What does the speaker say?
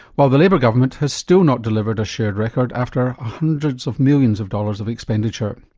while the labor government has still not delivered a shared record after hundreds of millions of dollars of expenditure.